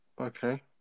okay